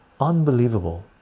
unbelievable